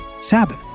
Sabbath